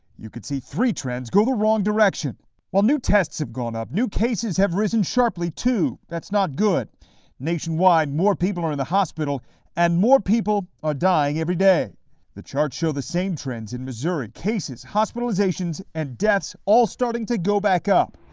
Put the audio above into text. you could see three trends go the wrong direction while new tests have gone up new cases have risen sharply to that's not good nationwide more people are in the hospital and more people are dying every day the charts show the same trends in missouri cases hospitalizations and deaths a to go back up.